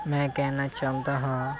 ਮੈਂ ਕਹਿਣਾ ਚਾਹੁੰਦਾ ਹਾਂ